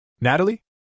Natalie